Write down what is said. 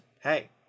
hey